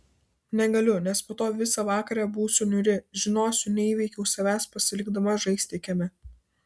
negaliu nes po to visą vakarą būsiu niūri žinosiu neįveikiau savęs pasilikdama žaisti kieme